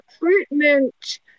recruitment